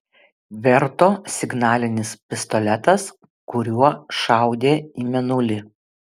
verto signalinis pistoletas kuriuo šaudė į mėnulį